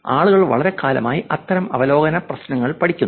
ആളുകൾ വളരെക്കാലമായി അത്തരം അവലോകന പ്രശ്നങ്ങൾ പഠിക്കുന്നു